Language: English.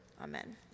Amen